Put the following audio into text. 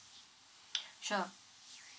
sure